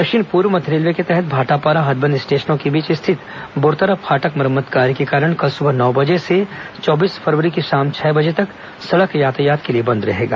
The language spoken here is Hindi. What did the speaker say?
दक्षिण पूर्व मध्य रेलवे के तहत भाटापारा हथबंद स्टेशनों के बीच स्थित बोड़तरा फाटक मरम्मत कार्य के कारण कल सुबह नौ बजे से चौबीस फरवरी की शाम छह बजे तक सड़क यातायात के लिए बंद रहेगा